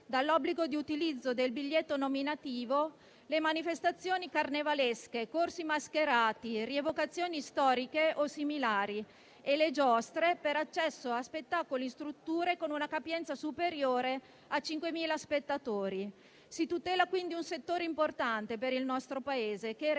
dall'obbligo di utilizzo del biglietto nominativo le manifestazioni carnevalesche, corsi mascherati e rievocazioni storiche o similari, le giostre per accesso a spettacoli e strutture con una capienza superiore a 5.000 spettatori. Si tutela, quindi, un settore importante per il nostro Paese che era